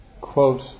quote